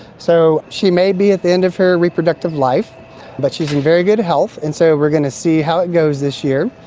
so she may be at the end of her reproductive life but she is in very good health, and so we're going to see how it goes this year,